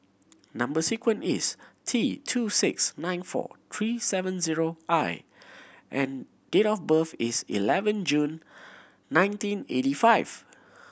number sequence is T two six nine four three seven zero I and date of birth is eleven June nineteen eighty five